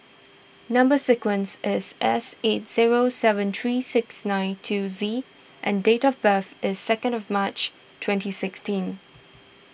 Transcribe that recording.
Number Sequence is S eight zero seven three six nine two Z and date of birth is second of March twenty sixteen